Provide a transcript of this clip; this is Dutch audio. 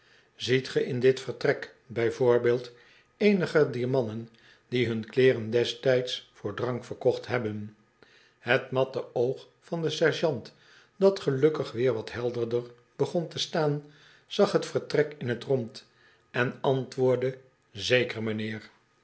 ziet ge in dit vertrek bij voorbeeld eenige dier mannen die hun kleeren destijds voor drank verkocht hebben het matte oog van den sergeant dat gelukkig weer wat helderder begon te staan zag t vertrek in t rond en antwoordde zeker m'nheer